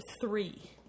three